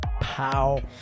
pow